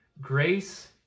Grace